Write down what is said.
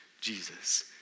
Jesus